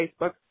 Facebook